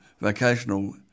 vocational